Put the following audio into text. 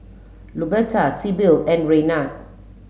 Luberta Sibyl and Raynard